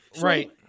right